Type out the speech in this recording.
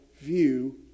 view